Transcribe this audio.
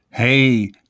Hey